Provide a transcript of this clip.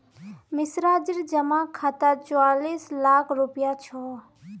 मिश्राजीर जमा खातात चौवालिस लाख रुपया छ